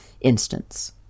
instance